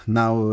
now